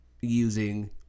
using